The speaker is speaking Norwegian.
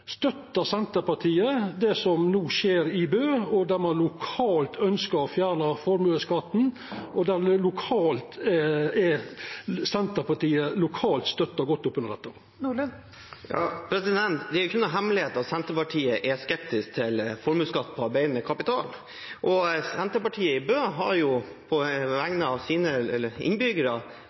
Støttar Senterpartiet det som no skjer i Bø, der ein lokalt ønskjer å fjerna formuesskatten og Senterpartiet lokalt støttar opp under det? Det er ikke noen hemmelighet at Senterpartiet er skeptisk til formuesskatt på arbeidende kapital. Senterpartiet i Bø har på vegne av sine